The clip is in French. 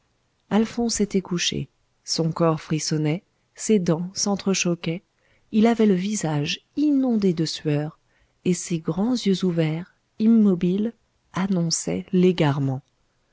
alphonse était couché son corps frissonnait ses dents s'entre-choquaient il avait le visage inondé de sueur et ses grands yeux ouverts immobiles annonçaient l'égarement